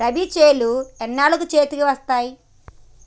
రబీ చేలు ఎన్నాళ్ళకు చేతికి వస్తాయి?